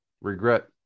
regret